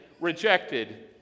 rejected